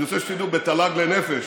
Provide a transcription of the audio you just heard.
אני רוצה שתדעו: בתל"ג לנפש